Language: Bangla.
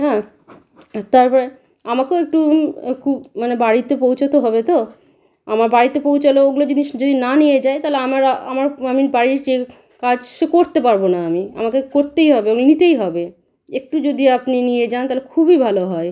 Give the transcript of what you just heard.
হ্যাঁ আর তারপরে আমাকেও একটু মানে বাড়িতে পৌঁছতে হবে তো আমার বাড়িতে পৌঁছালেও ওগুলো জিনিস যদি না নিয়ে যায় তাহলে আমার বাড়ির যে কাজ সে করতে পারব না আমি আমাকে করতেই হবে নিতেই হবে একটু যদি আপনি নিয়ে যান তাহলে খুবই ভালো হয়